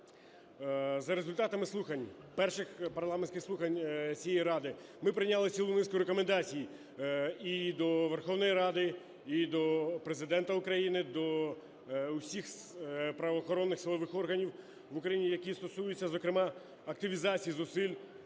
за результатами слухань, перших парламентських слухань цієї Ради, ми прийняли цілу низку рекомендацій і до Верховної Ради, і до Президента України, до всіх правоохоронних, силових органів в Україні, які стосуються, зокрема, активізації зусиль